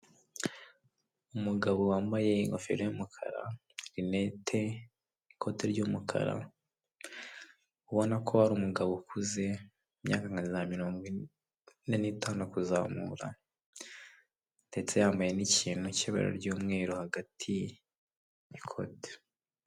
Umugabo wambaye ingofero y'umukara, rinete, ikote ry'umukara, ubona ko ari umugabo ukuze imyaka nka za mirongo ine n'itanu kuzamura, ndetse yambaye n'ikintu cy'ibara ry'umweru hagati n' ikote.